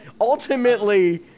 ultimately